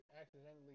accidentally